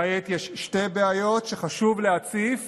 כעת יש שתי בעיות שחשוב להציף